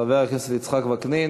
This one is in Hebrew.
חבר הכנסת יצחק וקנין,